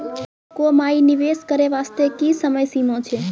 बैंको माई निवेश करे बास्ते की समय सीमा छै?